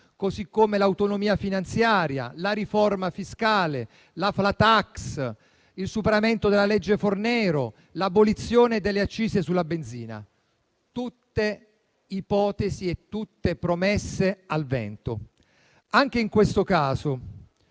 così come l'autonomia finanziaria, la riforma fiscale, la *flat tax*, il superamento della legge Fornero e l'abolizione delle accise sulla benzina. Tutte ipotesi e tutte promesse al vento. Anche in questo caso